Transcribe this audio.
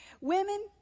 Women